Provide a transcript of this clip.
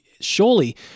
surely